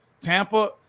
Tampa